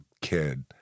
kid